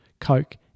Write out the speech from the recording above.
Coke